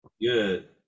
Good